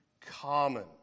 common